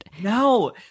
No